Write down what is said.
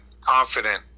confident